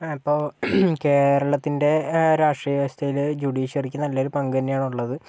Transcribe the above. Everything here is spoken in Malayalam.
ഇപ്പോൾ കേരളത്തിൻ്റെ രാഷ്ട്രീയ വ്യവസ്ഥയില് ജുഡീഷ്യറി നല്ലൊരു പങ്ക് തന്നെയാണ് ഉള്ളത്